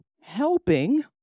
helping